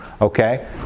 okay